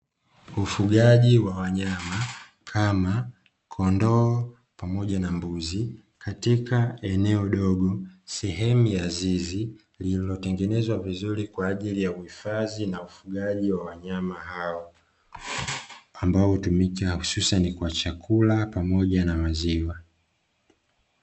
Ufugaji wa wanyama, kama kondoo pamoja na mbuzi katika eneo dogo, sehemu ya zizi lililotengenezwa vizuri kwa ajili ya uhifadhi na ufugaji wa wanyama hao, ambao hutumika hususan kwa chakula pamoja na maziwa.